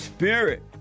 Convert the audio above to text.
Spirit